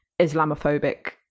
islamophobic